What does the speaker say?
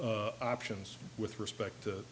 options with respect to